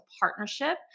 partnership